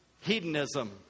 hedonism